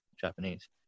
Japanese